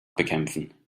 bekämpfen